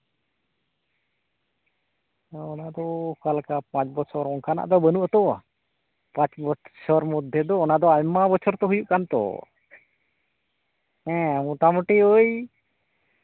ᱚᱱᱟ ᱫᱚ ᱚᱠᱟᱞᱮᱠᱟ ᱯᱟᱸᱪ ᱵᱚᱪᱷᱚᱨ ᱚᱱᱟ ᱫᱚ ᱵᱟᱱᱩᱜᱼᱟ ᱛᱚ ᱯᱟᱸᱪ ᱵᱚᱪᱷᱚᱨ ᱢᱚᱫᱽᱫᱷᱮ ᱫᱚ ᱚᱱᱟ ᱫᱚ ᱟᱭᱢᱟ ᱵᱚᱪᱷᱚᱨ ᱦᱩᱭᱩᱜ ᱠᱟᱱ ᱪᱚ ᱦᱮᱸ ᱢᱳᱴᱟᱢᱩᱴᱤ ᱳᱭ